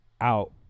out